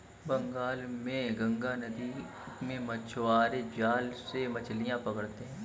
बंगाल में गंगा नदी में मछुआरे जाल से मछलियां पकड़ते हैं